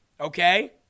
Okay